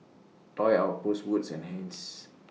Toy Outpost Wood's and Heinz